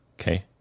Okay